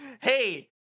Hey